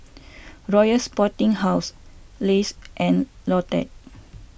Royal Sporting House Lays and Lotte